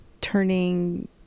turning